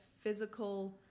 physical